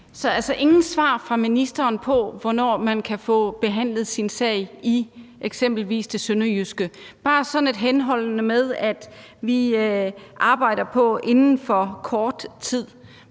er altså ingen svar fra ministeren på, hvornår man kan få behandlet sin sag i eksempelvis det sønderjyske. Man svarer bare sådan lidt henholdende med, at vi arbejder på, at det er inden for kort tid.